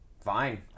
Fine